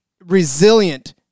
resilient